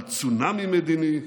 על צונאמי מדיני,